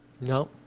No